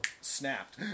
snapped